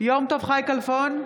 יום טוב חי כלפון,